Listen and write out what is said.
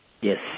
Yes